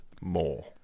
more